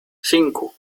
cinco